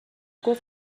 گفت